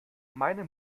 meine